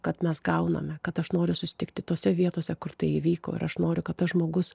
kad mes gauname kad aš noriu susitikti tose vietose kur tai įvyko ir aš noriu kad tas žmogus